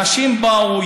אנשים באו,